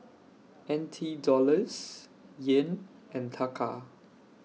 N T Dollars Yen and Taka